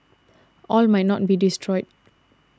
all might not be destroyed